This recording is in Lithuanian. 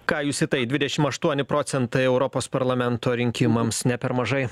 ką jūs į tai dvidešim aštuoni procentai europos parlamento rinkimams ne per mažai